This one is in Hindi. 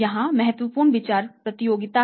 यहां महत्वपूर्ण विचार प्रतियोगिता है